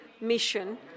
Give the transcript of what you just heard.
mission